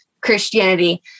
Christianity